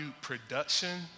production